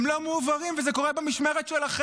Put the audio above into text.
הם לא מועברים, וזה קורה במשמרת שלכם.